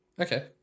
Okay